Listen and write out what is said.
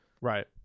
Right